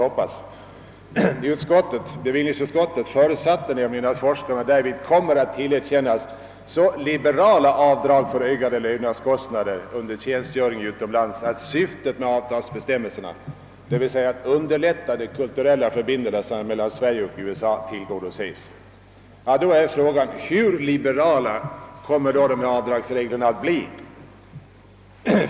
Bevillningsutskottet förutsatte nämligen att forskarna därvid kommer att tillerkännas så liberala avdrag att syftet med avdragsbestämmelserna, d.v.s. att underlätta de kulturella förbindelserna mellan Sverige och USA, tillgodoses. Hur liberala kommer avdragsreglerna då att bli?